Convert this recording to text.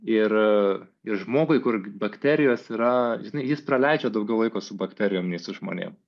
ir ir žmogui kur bakterijos yra žinai jis praleidžia daugiau laiko su bakterijom nei su žmonėm